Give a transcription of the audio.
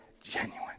genuine